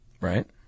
right